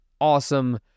awesome